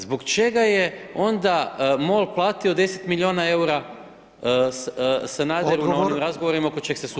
Zbog čega je onda MOL platio 10 milijuna eura Sanaderu na onim razgovorima oko čega se sudi.